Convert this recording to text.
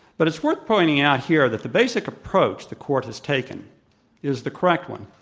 but it's worth pointing out here that the basic approach the court has taken is the correct one,